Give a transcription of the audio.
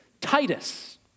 Titus